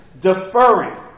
deferring